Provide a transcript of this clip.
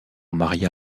maria